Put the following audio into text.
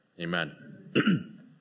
Amen